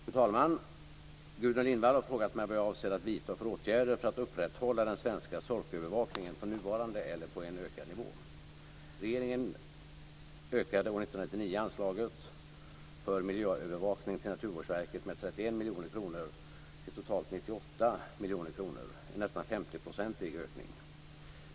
Fru talman! Gudrun Lindvall har frågat mig vad jag avser att vidta för åtgärder för att upprätthålla den svenska sorkövervakningen på nuvarande eller på en ökad nivå. Regeringen ökade år 1999 anslaget för miljöövervakning till Naturvårdsverket med 31 miljoner kronor till totalt 98 miljoner kronor, en nästan 50-procentig ökning.